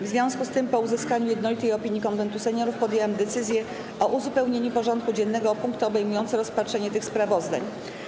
W związku z tym, po uzyskaniu jednolitej opinii Konwentu Seniorów, podjęłam decyzję o uzupełnieniu porządku dziennego o punkty obejmujące rozpatrzenie tych sprawozdań.